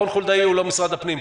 רון חולדאי הוא לא משרד הפנים,